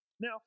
Now